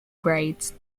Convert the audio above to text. grades